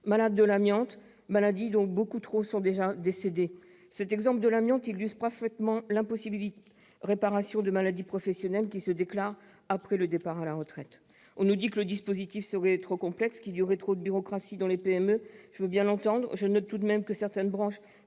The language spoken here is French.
malades de l'amiante, qui a déjà causé bien trop de décès. Cet exemple de l'amiante illustre parfaitement l'impossibilité de réparer des maladies professionnelles qui se déclarent après le départ à la retraite. On nous dit que le dispositif serait trop complexe, qu'il engendrerait trop de bureaucratie pour les PME. Je veux bien l'entendre, mais je note tout de même que certaines branches